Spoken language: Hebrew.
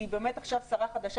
היא באמת עכשיו שרה חדשה,